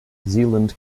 zeeland